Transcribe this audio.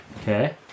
Okay